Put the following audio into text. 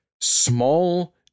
small